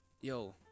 yo